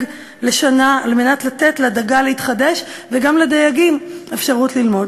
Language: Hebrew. לשנה על מנת לתת לדגה להתחדש וגם לדייגים אפשרות ללמוד.